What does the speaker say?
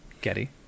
Getty